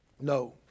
No